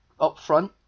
upfront